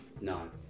No